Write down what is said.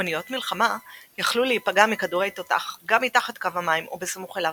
אוניות מלחמה יכלו להיפגע מכדורי תותח גם מתחת קו המים או בסמוך אליו.